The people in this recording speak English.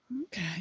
okay